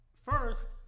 First